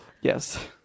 Yes